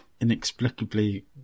inexplicably